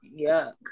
Yuck